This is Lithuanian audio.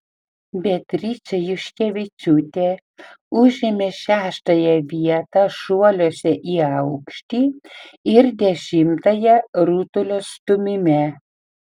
beatričė juškevičiūtė užėmė šeštąją vietą šuoliuose į aukštį ir dešimtąją rutulio stūmime